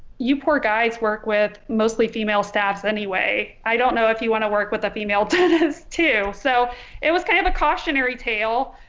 you poor guys work with mostly female staffs anyway i don't know if you want to work with the female dentist too. so it was kind of a cautionary tale,